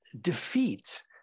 defeat